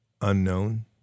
unknown